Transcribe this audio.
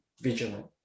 vigilant